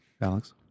Alex